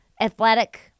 athletic